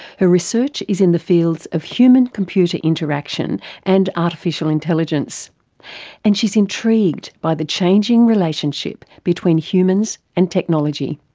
her research is in the fields of human-computer interaction and artificial intelligence and she's intrigued by the changing relationship between humans and technology.